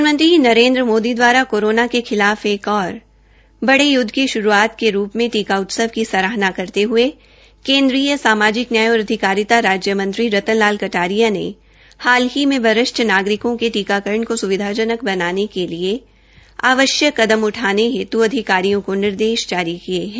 प्रधानमंत्री श्री नरेंद्र मोदी दवारा करोना के खिलाफ एक और बड़े युदध की शुरूआत के रूप में टीका उत्सव की सराहना करते हए केन्द्रीय सामाजिक न्याय और अधिकारिता राज्य मंत्री श्री रतनलाल कटारिया ने हाल ही में वरिष्ठ नागरिकों के टीकाकरण को सुविधाजनक बनाने के लिए आवश्यक कदम उठाने हेत् अधिकारियों को निर्देश जारी किए हैं